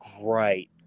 great